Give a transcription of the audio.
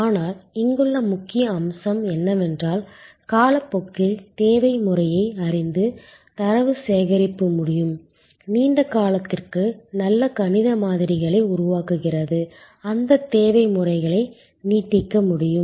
ஆனால் இங்குள்ள முக்கிய அம்சம் என்னவென்றால் காலப்போக்கில் தேவை முறையை அறிந்து தரவு சேகரிப்பு முடியும் நீண்ட காலத்திற்கு நல்ல கணித மாதிரிகளை உருவாக்குகிறது அந்த தேவை முறைகளை நீட்டிக்க முடியும்